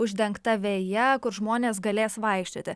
uždengta veja kur žmonės galės vaikščioti